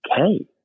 okay